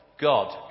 God